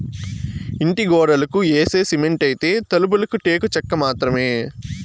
ఇంటి గోడలకి యేసే సిమెంటైతే, తలుపులకి టేకు చెక్క మాత్రమే